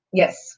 Yes